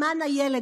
למען הילד,